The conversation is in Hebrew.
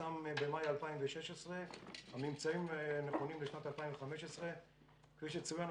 פורסם במאי 2016. הממצאים נכונים לשנת 2015. כפי שצוין,